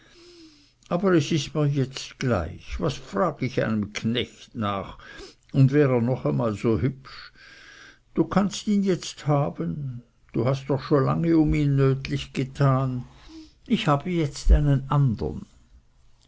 aber es ist mir jetzt gleich was frag ich einem knecht nach und wär er noch einmal so hübsch du kannst ihn jetzt haben du hast doch schon lange um ihn nötlich getan ich habe jetzt einen andern